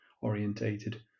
orientated